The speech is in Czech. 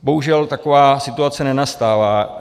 Bohužel taková situace nenastává.